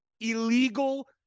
illegal